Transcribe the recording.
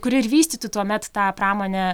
kuri ir vystytų tuomet tą pramonę